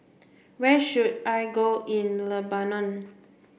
where should I go in Lebanon